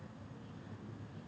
இந்த இந்த:intha intha recording ah